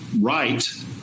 right